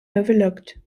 overlooked